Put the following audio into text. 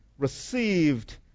received